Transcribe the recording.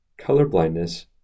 Colorblindness